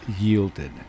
yielded